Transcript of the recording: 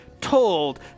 told